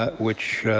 ah which